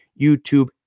YouTube